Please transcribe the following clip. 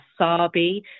wasabi